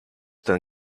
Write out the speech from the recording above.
ten